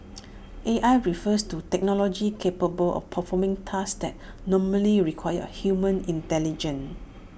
A I refers to technology capable of performing tasks that normally require human intelligence